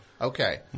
Okay